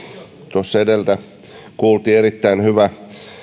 tuossa edellä kuultiin erittäin hyvä